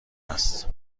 است